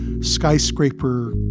skyscraper